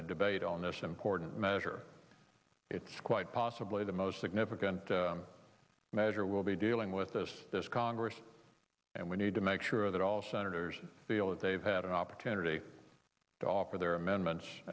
debate on this important measure it's quite possibly the most significant measure we'll be dealing with this this congress and we need to make sure that all senators feel that they've had an opportunity to offer their amendments